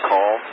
call